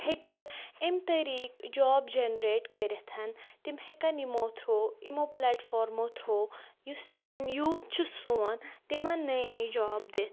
ہٮ۪کہِ أمۍ طریٖقہٕ جاب جَنریٹ کٔرِتھ تِم ہٮ۪کَن یِمَو تھرو یِمَو پلیٹ فارمَو تھرو یُس زنہٕ یوٗتھ چھُ سون تِمَن نٔے نٔے جاب دِتھ